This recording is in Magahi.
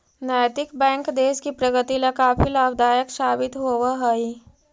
नैतिक बैंक देश की प्रगति ला काफी लाभदायक साबित होवअ हई